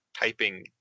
typing